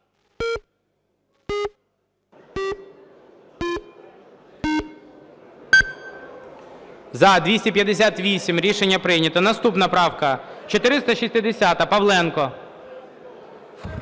За-258 Рішення прийнято. Наступна правка 460. Павленко.